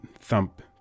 thump